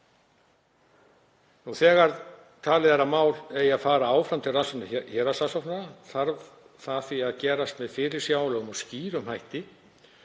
Þegar talið er að mál eigi að fara áfram til rannsóknar héraðssaksóknara þarf það því að gerast með fyrirsjáanlegum og skýrum hætti